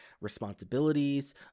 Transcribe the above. responsibilities